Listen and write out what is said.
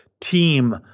team